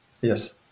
Yes